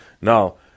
Now